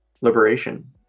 liberation